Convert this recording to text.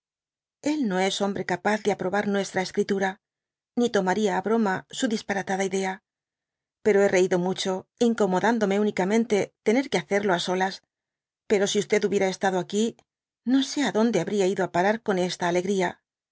el no es hombre capaz de aprobar nuestra escritura ni tomaria á broma su disparatada idea pero hé reido mucho incomodándome únicamente tener que hacerlo á solas pero si hubiera estado aquí no se adonde habria ido á parar con esta alegría